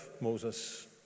Moses